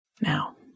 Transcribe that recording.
Now